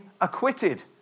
acquitted